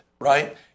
Right